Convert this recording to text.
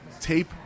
tape